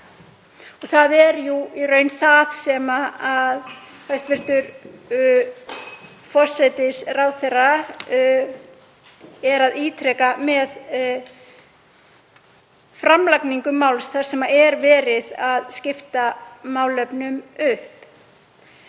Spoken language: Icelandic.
Það er jú í raun það sem hæstv. forsætisráðherra er að ítreka með framlagningu máls þar sem verið er að skipta málefnum upp.